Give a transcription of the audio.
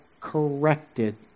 corrected